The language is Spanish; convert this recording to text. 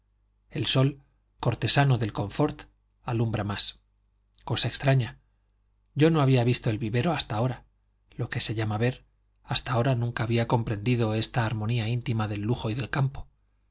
el sol cortesano del confort alumbra más cosa extraña yo no había visto el vivero hasta ahora lo que se llama ver hasta ahora nunca había comprendido esta armonía íntima del lujo y del campo